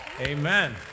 Amen